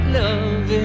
love